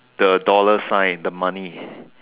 the dollar sign the money